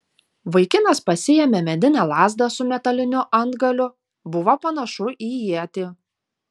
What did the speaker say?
vaikinas pasiėmė medinę lazdą su metaliniu antgaliu buvo panašu į ietį